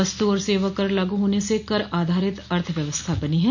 वस्तु और सेवा कर लागू होने से कर आधारित अर्थव्यवस्था बनी है